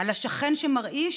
על השכן שמרעיש,